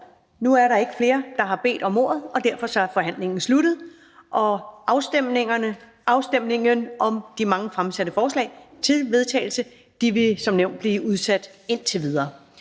Nu er der ikke flere, der har bedt om ordet, og derfor er forhandlingen sluttet. Afstemningen om de mange fremsatte forslag til vedtagelse vil som nævnt blive udsat indtil videre.